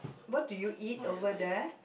what would do eat over there